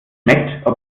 geschmeckt